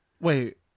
Wait